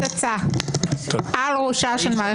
את טועה, כי העו"סיות והסייעות לא פונות לבג"צ.